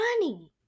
running